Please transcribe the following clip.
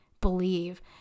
believe